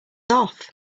off